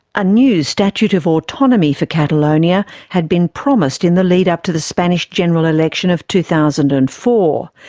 a new statute of autonomy for catalonia had been promised in the lead-up to the spanish general election of two thousand and four,